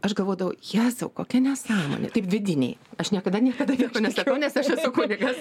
aš galvodavau jėzau kokia nesąmonė taip vidiniai aš niekada niekada nieko nesakau nes aš esu kunigas